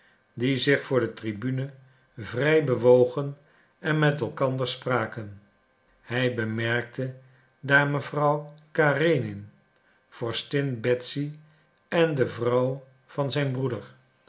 die zich voor de tribune vrij bewogen en met elkander spraken hij bemerkte daar mevrouw karenin vorstin betsy en de vrouw van zijn broeder